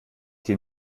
den